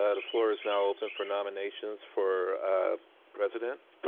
ah the floor is now open for nominations for president.